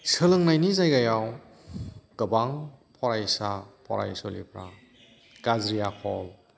सोलोंनायनि जायगायाव गोबां फरायसा फरायसुलिफ्रा गाज्रि आखल